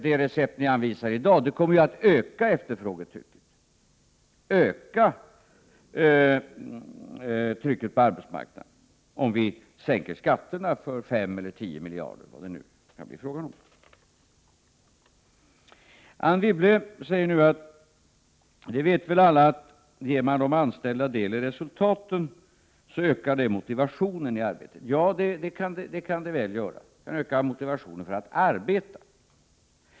Det recept som ni anvisar i dag — en sänkning av skatterna med 5 eller 10 miljarder, eller vad det nu kan bli fråga om — kommer ju att öka efterfrågetrycket och öka trycket på arbetsmarknaden. Anne Wibble säger att alla väl vet att man genom att ge de anställda del i resultaten ökar motivationen i arbetet. Ja, det kan det göra. Det kan öka motivationen för att arbeta.